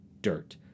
dirt